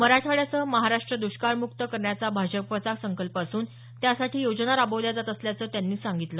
मराठवाड्यासह महाराष्ट्र दुष्काळमुक्त करण्याचा भाजपचा संकल्प असून त्यासाठी योजना राबवल्या जात असल्याचं त्यांनी सांगितलं